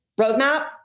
roadmap